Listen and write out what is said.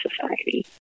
society